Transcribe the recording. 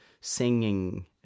singing